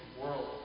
world